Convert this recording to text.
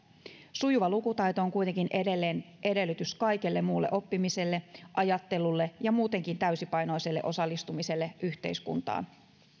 sujuva lukutaito on kuitenkin edelleen edellytys kaikelle muulle oppimiselle ajattelulle ja muutenkin täysipainoiselle osallistumiselle yhteiskuntaan